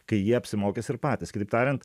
kai jie apsimokys ir patys kitaip tariant